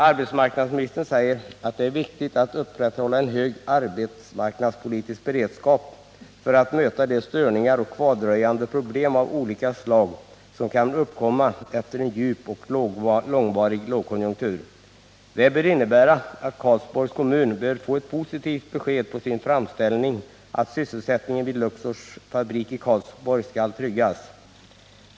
Arbetsmarknadsministern säger att det är viktigt att upprätthålla en hög arbetsmarknadspolitisk beredskap för att möta de störningar och kvardröjande problem av olika slag som kan uppkomma efter en djup och långvarig lågkonjunktur. Det bör innebära att Karlsborgs kommun får ett positivt besked på sin framställning om att sysselsättningen vid Luxors fabrik i Karlsborg skall tryggas.